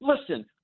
Listen